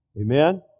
amen